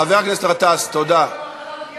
חבר הכנסת גטאס, תודה רבה.